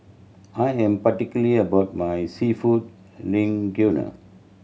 I am particular about my Seafood Linguine